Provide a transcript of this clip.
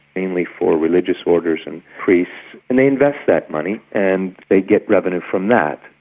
mainly for religious orders and priests and they invest that money and they get revenue from that.